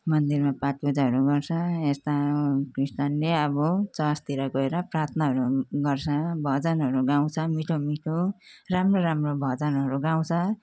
मन्दिरमा पाठपूजाहरू गर्छ यता क्रिस्चियनले अब चर्चतिर गएर प्रार्थनाहरू गर्छ भजनहरू गाउँछ मिठो मिठो राम्रो राम्रो भजनहरू गाउँछ